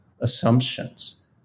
assumptions